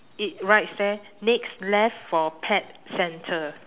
it writes there next left for pet centre